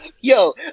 Yo